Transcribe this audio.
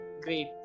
great